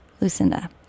Lucinda